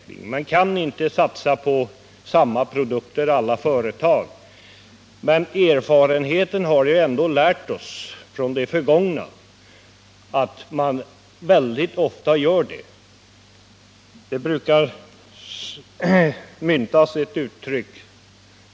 Alla företag kan inte satsa på samma produkter, men erfarenheten visar att det är så man väldigt ofta har gjort.